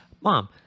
Mom